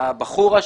הבחור השני.